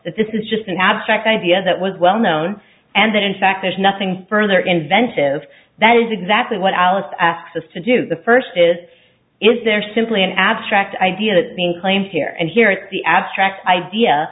that this is just an abstract idea that was well known and that in fact there's nothing further inventive that is exactly what alice asks us to do the first is is there simply an abstract idea that claim here and here is the abstract idea